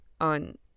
on